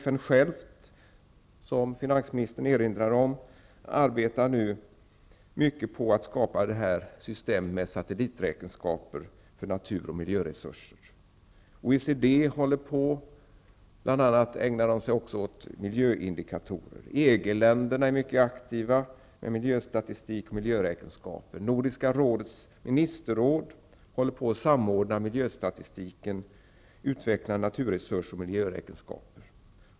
FN självt arbetar nu, som finansministern erinrar om, med att skapa ett system med satelliträkenskaper för natur och miljöresurser. OECD arbetar bl.a. med miljöindikatorer. EG-länderna är mycket aktiva med miljöstatistik och miljöräkenskaper. Nordiska rådets ministerråd håller på att samordna miljöstatistiken och utveckla naturresurs och miljöräkenskaper.